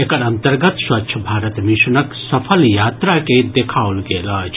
एकर अंतर्गत स्वच्छ भारत मिशनक सफल यात्रा के देखाओल गेल अछि